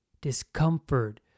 discomfort